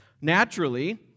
Naturally